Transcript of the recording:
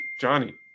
Johnny